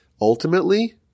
Ultimately